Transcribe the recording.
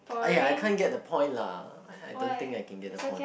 !aiya! I can't get the point lah I don't think I can get the point